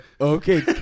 Okay